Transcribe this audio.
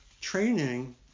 training